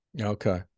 okay